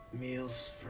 meals